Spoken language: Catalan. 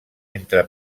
entre